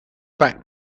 back